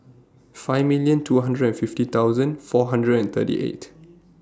five million two hundred and fifty thousand four hundred and thirty eight